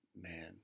man